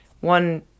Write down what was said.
one